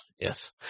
Yes